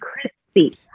crispy